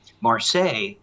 Marseille